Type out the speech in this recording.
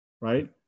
Right